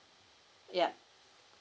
ya